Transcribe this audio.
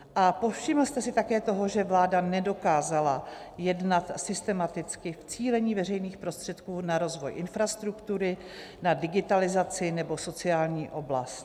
A povšiml jste se také toho, že vláda nedokázala jednat systematicky v cílení veřejných prostředků na rozvoj infrastruktury, na digitalizaci nebo sociální oblast?